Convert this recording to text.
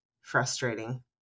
frustrating